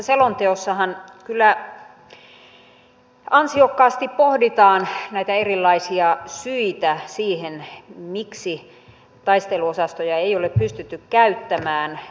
selonteossahan kyllä ansiokkaasti pohditaan näitä erilaisia syitä siihen miksi taisteluosastoja ei ole pystytty käyttämään